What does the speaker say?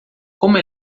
como